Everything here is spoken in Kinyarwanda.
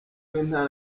w’intara